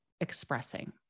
expressing